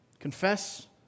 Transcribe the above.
Confess